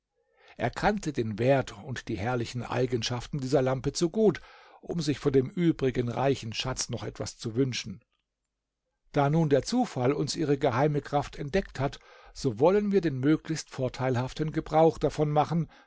er kannte den wert und die herrlichen eigenschaften dieser lampe zu gut um sich von dem übrigen reichen schatz noch etwas zu wünschen da nun der zufall uns ihre geheime kraft entdeckt hat so wollen wir den möglichst vorteilhaften gebrauch davon machen